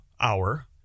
hour